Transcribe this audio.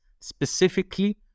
specifically